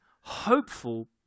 hopeful